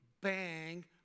bang